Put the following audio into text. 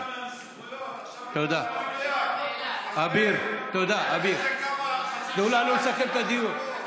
תודה, אביר, תנו לנו לסכם את הדיון.